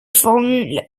formule